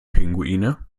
pinguine